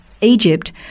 Egypt